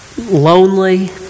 lonely